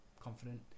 confident